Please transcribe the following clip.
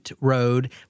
Road